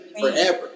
forever